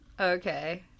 Okay